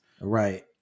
right